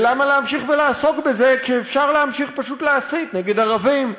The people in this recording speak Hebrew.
ולמה להמשיך ולעסוק בזה כשאפשר להמשיך פשוט להסית נגד ערבים,